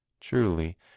Truly